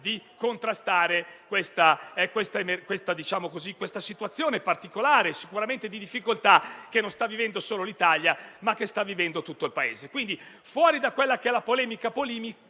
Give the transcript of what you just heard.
di contrastare questa situazione particolare di difficoltà, che non sta vivendo solo l'Italia ma che sta vivendo tutto il mondo. Quindi, al di fuori della polemica politica,